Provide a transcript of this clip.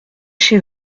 chez